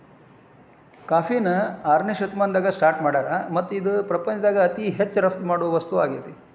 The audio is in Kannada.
ಕಾಫಿನ ಆರನೇ ಶತಮಾನದಾಗ ಸ್ಟಾರ್ಟ್ ಮಾಡ್ಯಾರ್ ಮತ್ತ ಇದು ಪ್ರಪಂಚದಾಗ ಅತಿ ಹೆಚ್ಚು ರಫ್ತು ಮಾಡೋ ವಸ್ತು ಆಗೇತಿ